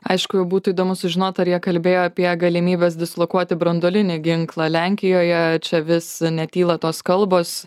aišku būtų įdomu sužinot ar jie kalbėjo apie galimybes dislokuoti branduolinį ginklą lenkijoje čia vis netyla tos kalbos